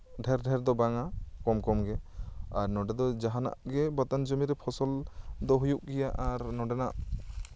ᱰᱷᱮᱨ ᱰᱷᱮᱨ ᱫᱚ ᱵᱟᱝᱟ ᱠᱚᱢ ᱠᱚᱢᱜᱮ ᱟᱨ ᱱᱚᱰᱮ ᱫᱚ ᱡᱟᱦᱟᱱᱟᱜ ᱜᱮ ᱵᱟᱛᱟᱱ ᱡᱚᱢᱤᱨᱮ ᱯᱷᱚᱥᱚᱞ ᱫᱚ ᱦᱩᱭᱩᱜ ᱜᱮᱭᱟ ᱟᱨ ᱱᱚᱰᱮᱱᱟᱜ